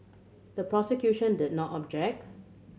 the prosecution did not object